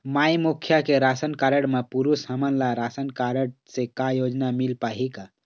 माई मुखिया के ration card म पुरुष हमन ला रासनकारड से का योजना मिल पाही का?